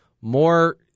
more